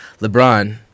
LeBron